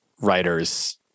writers